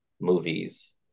movies